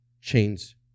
chains